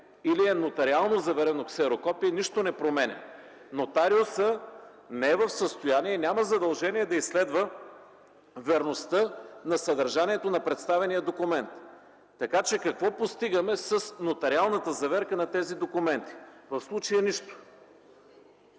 или е нотариално заверено ксерокопие, нищо не променя. Нотариусът не е в състояние и няма задължение да изследва верността на съдържанието на представения документ, така че какво постигаме с нотариалната заверка на тези документи? В случая – нищо.